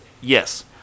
yes